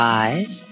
eyes